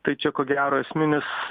tai čia ko gero esminis